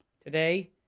Today